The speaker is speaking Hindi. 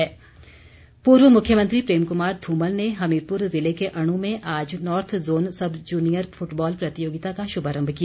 धुमल पूर्व मुख्यमंत्री प्रेम कुमार धूमल ने हमीरपुर ज़िले के अणु में आज north zone sub junior football प्रतियोगिता का शुभारम्भ किया